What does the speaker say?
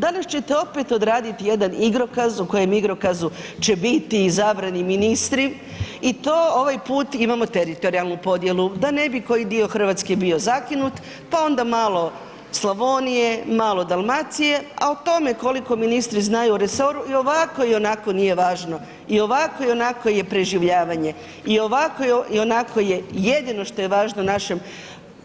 Danas ćete opet odraditi jedan igrokaz u kojem igrokazu će biti izabrani ministri i to ovaj put imamo teritorijalnu podjelu, da ne bi koji dio Hrvatske bio zakinut, pa onda malo Slavonije, malo Dalmacije, a o tome koliko ministri znaju o resoru i ovako i onako nije važno i ovako i onako je preživljavanje i ovako i onako je jedino što je važno našem